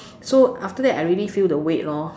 so after that I really feel the weight lor